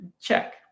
check